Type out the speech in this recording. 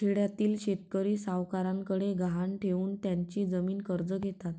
खेड्यातील शेतकरी सावकारांकडे गहाण ठेवून त्यांची जमीन कर्ज घेतात